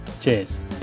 Cheers